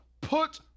put